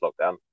lockdown